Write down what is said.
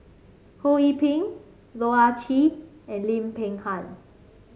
Ho Yee Ping Loh Ah Chee and Lim Peng Han